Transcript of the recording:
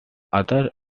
other